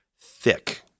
thick